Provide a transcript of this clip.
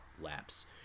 laps